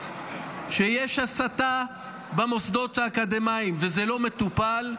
שיש הסתה במוסדות האקדמיים וזה לא מטופל,